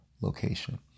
location